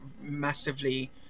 massively